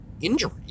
injury